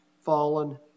fallen